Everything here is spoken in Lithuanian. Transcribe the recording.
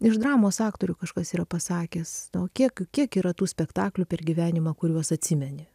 iš dramos aktorių kažkas yra pasakęs to kiek kiek yra tų spektaklių per gyvenimą kuriuos atsimeni